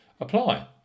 apply